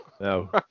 no